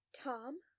Tom